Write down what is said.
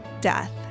death